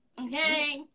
Okay